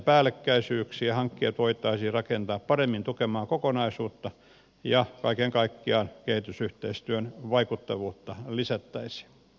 hankkeet voitaisiin rakentaa paremmin tukemaan kokonaisuutta ja kaiken kaikkiaan kehitysyhteistyön vaikuttavuutta lisättäisiin